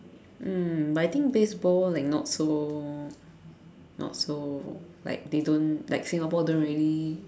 um but I think baseball like not so not so like they don't like Singapore don't really